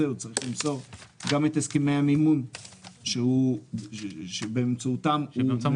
הוא צריך למסור גם את הסכמי המימון שבאמצעותם הוא